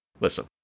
Listen